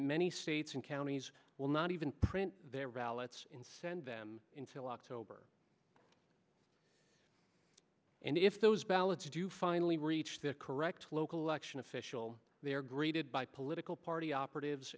many states and counties will not even print their ballots in send them in till october and if those ballots do finally reach the correct local election official they are greeted by political party operatives